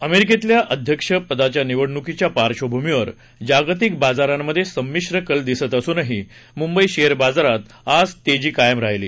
अमेरिकेतल्या अध्यक्ष पदाच्या निवडणूकीच्या पार्श्वभूमीवर जागतिक बाजारांमध्ये समिश्र कल दिसत असूनही मुंबई शेअर बाजारात आज तेजी कायम राहिली